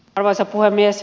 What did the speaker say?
arvoisa puhemies